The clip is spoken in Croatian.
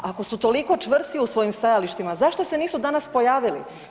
Pa ako su toliko čvrsti u svojim stajalištima zašto se nisu danas pojavili?